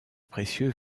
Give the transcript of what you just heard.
précieux